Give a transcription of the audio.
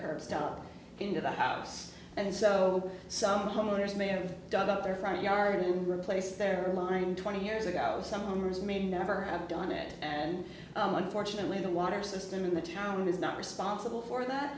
car stuck into the house and so some homeowners may have dug up their front yard and replaced their line twenty years ago summers may never have done it and unfortunately the water system in the town is not responsible for that